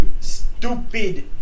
stupid